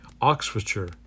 Oxfordshire